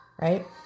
right